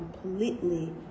completely